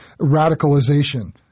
radicalization